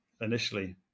initially